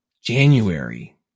January